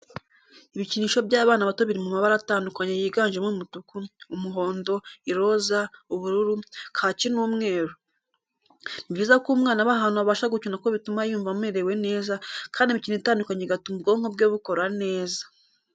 Ibikinisho by'abana bato biri mu mabara atandukanye yiganjemo umutuku, umuhondo, iroza, ubururu, kaki n'umweru. Ni byiza ko umwana aba ahantu abasha gukina kuko bituma yumva amerewe neza kandi imikino itandukanye igatuma ubwonko bwe bukora neza.